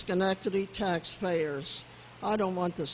schenectady taxpayers i don't want t